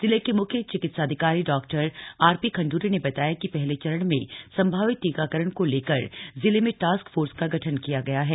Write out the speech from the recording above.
जिले के मुख्य चिकित्साधिकारी डॉआरपीखण्डूरी ने बताया कि पहले चरण में सम्भावित टीकाकरण को लेकर जिले में टास्क फोर्स का गठन किया गया है